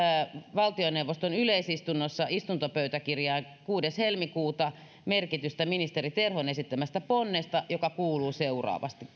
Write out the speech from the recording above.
valtioneuvoston yleisistunnon istuntopöytäkirjaan kuudes helmikuuta merkitystä ministeri terhon esittämästä ponnesta joka kuuluu seuraavasti